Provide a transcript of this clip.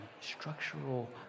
structural